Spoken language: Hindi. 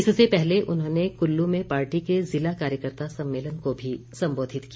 इससे पहले उन्होंने कुल्लू में पार्टी के जिला कार्यकर्ता सम्मेलन को भी संबोधित किया